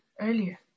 earlier